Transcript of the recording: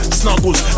snuggles